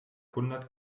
hundert